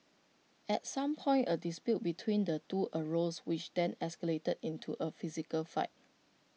at some point A dispute between the two arose which then escalated into A physical fight